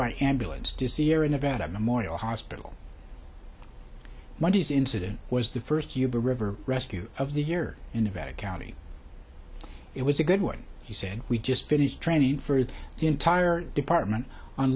by ambulance to sierra nevada memorial hospital monday's incident was the first uva river rescue of the year in nevada county it was a good one he said we just finished training for the entire department on